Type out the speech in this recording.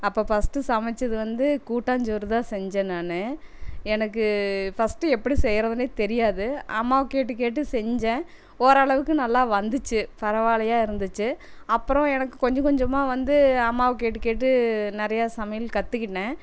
அப்போ ஃபஸ்ட்டு சமைச்சது வந்து கூட்டாஞ்சோறு தான் செஞ்சேன் நானு எனக்கு ஃபஸ்ட்டு எப்டி செய்யறதுன்னே தெரியாது அம்மாவ கேட்டு கேட்டு செஞ்சேன் ஓரளவுக்கு நல்லா வந்துச்சு பரவாயில்லையா இருந்துச்சு அப்புறம் எனக்கு கொஞ்சம் கொஞ்சமாக வந்து அம்மாவை கேட்டு கேட்டு நிறையா சமையல் கற்றுக்கிட்டேன்